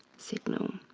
signal.